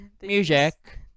Music